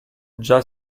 già